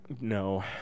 no